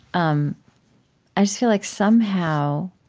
um i just feel like, somehow,